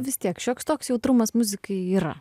nes vis tiek šioks toks jautrumas muzikai yra